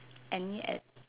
any a~